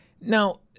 Now